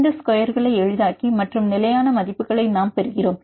இந்த ஸ்கொயர்க்ளை எளிதாக்கி மற்றும் நிலையான மதிப்புகளை நாம் பெறுகிறோம்